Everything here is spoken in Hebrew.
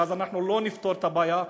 ואז לא נפתור את הבעיה.